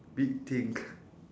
big thing